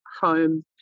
home